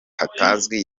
hatazwi